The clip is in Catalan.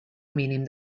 mínim